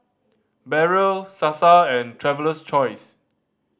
Barrel Sasa and Traveler's Choice